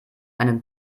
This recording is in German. einem